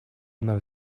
она